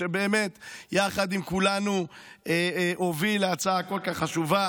ובאמת הוביל יחד עם כולנו הצעה כל כך חשובה.